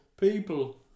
People